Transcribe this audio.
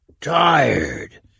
tired